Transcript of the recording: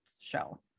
show